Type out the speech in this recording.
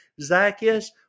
Zacchaeus